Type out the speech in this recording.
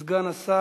מס' 7700. סגן השר